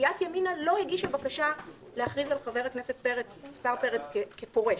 סיעת ימינה גם לא הגישה בקשה להכריז על השר פרץ כפורש.